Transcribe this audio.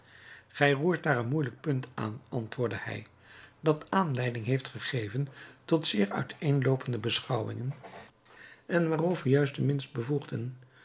gij roert daar een moeielijk punt aan antwoordde hij dat aanleiding heeft gegeven tot zeer uiteenloopende beschouwingen en waarover juist de minst bevoegden